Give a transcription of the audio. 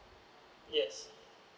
yes